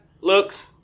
Looks